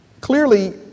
clearly